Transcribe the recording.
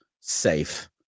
safe